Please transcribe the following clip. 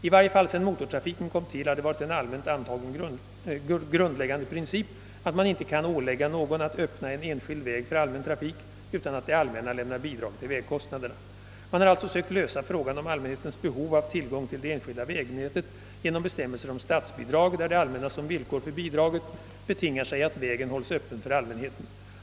I varje fall sedan motortrafiken kom till har det varit en allmänt antagen grundläggande princip att man inte kan ålägga någon att öppna en enskild väg för allmän trafik utan att det allmänna lämnar bidrag till vägkostnaderna. Man har alltså sökt lösa frågan om allmänhetens behov av tillgång till det enskilda vägnätet genom bestämmelser om statsbidrag, där det allmänna som villkor för bidraget betingar sig att vägen hålls öppen för allmänheten.